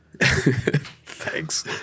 Thanks